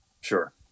Sure